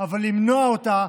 אבל למנוע אותה,